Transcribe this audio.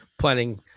planning